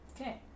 Okay